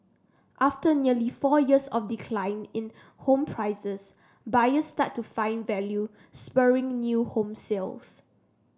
after nearly four years of decline in home prices buyers started to find value spurring new home sales